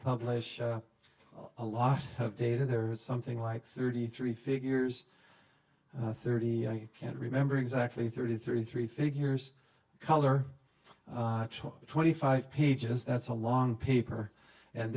publish a lot of data there was something like thirty three figures thirty i can't remember exactly thirty three three figures color twenty five pages that's a long paper and